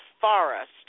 Forest